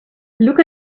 look